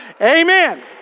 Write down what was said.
Amen